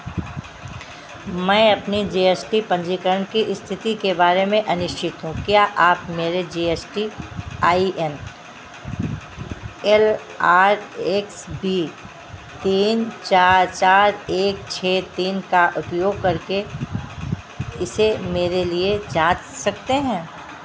मैं अपने G S T पंजीकरण की स्थिति के बारे में अनिश्चित हूँ क्या आप मेरे G S T I N L R X B तीन चार चार एक छः तीन का उपयोग करके इसे मेरे लिए जाँच सकते हैं